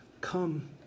come